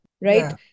right